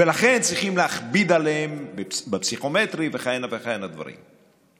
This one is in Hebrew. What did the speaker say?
ולכן צריכים להכביד עליהם בפסיכומטרי וכהנה וכהנה דברים.